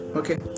okay